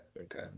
Okay